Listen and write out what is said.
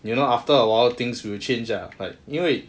you know after a while things will change lah but 因为